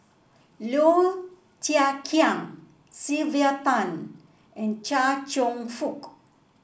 Low Thia Khiang Sylvia Tan and Chia Cheong Fook